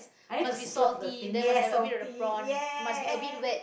I need to slurp the things yes salty ya